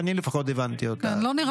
לא בנווה